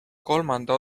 kolmanda